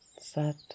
Sat